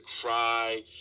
cry